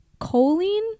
Choline